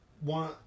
one